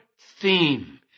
theme